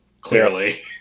clearly